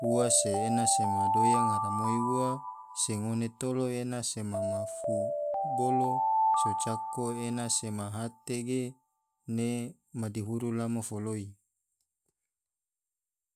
ua se ena sema doya ngaramoi ua se ngone tolo ena sema mafu bolo so cako ena sema ate ge ne madihuru amo foloi.